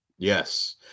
Yes